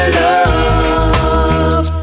love